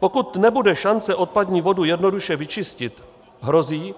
Pokud nebude šance odpadní vodu jednoduše vyčistit, hrozí,